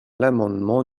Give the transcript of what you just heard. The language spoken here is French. l’amendement